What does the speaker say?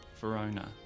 Verona